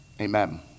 amen